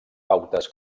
pautes